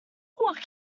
what